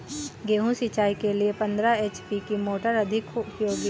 गेहूँ सिंचाई के लिए पंद्रह एच.पी की मोटर अधिक उपयोगी है?